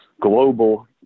global